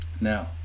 now